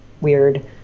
weird